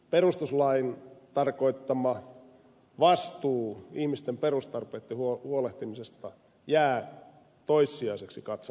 perustuslain tarkoittama vastuu ihmisten perustarpeista huolehtimisesta jää toissijaiseksi katsantokannaksi